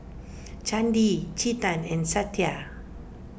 Chandi Chetan and Satya